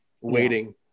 waiting